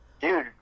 dude